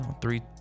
Three